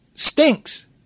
Stinks